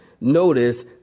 notice